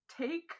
take